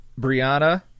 Brianna